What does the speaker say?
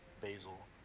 Basil